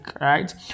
right